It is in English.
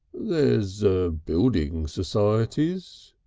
there's building societies,